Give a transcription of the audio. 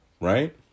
right